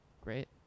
great